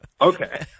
Okay